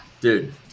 dude